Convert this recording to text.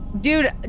Dude